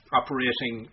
operating